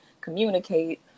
communicate